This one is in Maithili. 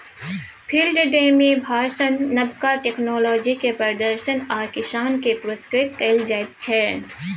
फिल्ड डे मे भाषण, नबका टेक्नोलॉजीक प्रदर्शन आ किसान केँ पुरस्कृत कएल जाइत छै